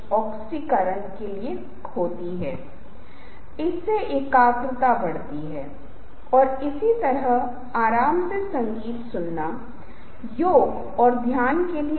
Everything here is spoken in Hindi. प्रस्तुतियों में क्लिप्स और ध्वनियाँ से बचें लेकिन यदि आप ऐसा कर रहे हैं तो उन्हें उस विशेष बात पर जनता या दर्शकों का ध्यान उस समय आकर्षित करना होगा